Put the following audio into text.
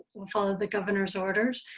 we'll follow the governor's orders,